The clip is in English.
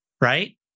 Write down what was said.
right